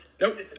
Nope